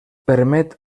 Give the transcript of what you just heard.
permet